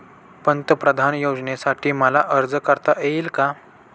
पंतप्रधान योजनेसाठी मला अर्ज करता येईल का?